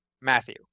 Matthew